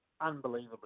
unbelievably